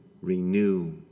renew